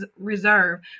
reserve